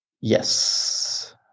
Yes